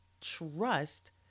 trust